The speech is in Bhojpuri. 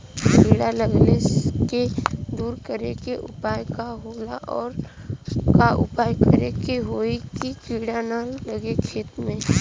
कीड़ा लगले के दूर करे के उपाय का होला और और का उपाय करें कि होयी की कीड़ा न लगे खेत मे?